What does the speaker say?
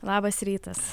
labas rytas